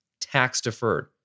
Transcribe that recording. tax-deferred